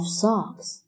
socks